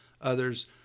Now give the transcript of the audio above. others